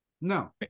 no